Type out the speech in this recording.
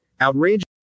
outrageous